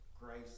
grace